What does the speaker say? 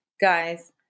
Guys